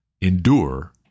endure